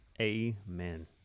Amen